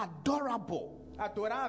Adorable